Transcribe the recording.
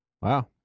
Wow